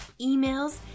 emails